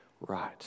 right